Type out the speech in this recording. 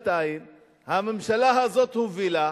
הממשלה הזאת הובילה